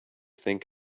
think